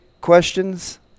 questions